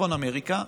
צפון אמריקה,